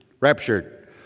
raptured